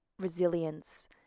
resilience